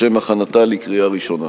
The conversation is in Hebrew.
לשם הכנתה לקריאה ראשונה.